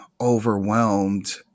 Overwhelmed